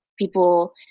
people